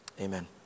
Amen